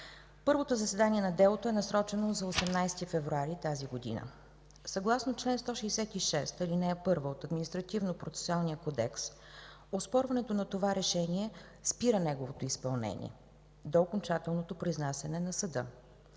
Първото заседание на делото е насрочено за 18 февруари тази година. Съгласно чл. 166, ал. 1 от Административнопроцесуалния кодекс, оспорването на това решение спира неговото изпълнение до окончателното произнасяне на съда.